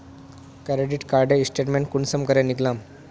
Credit कार्डेर statement कुंसम करे निकलाम?